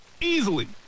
Easily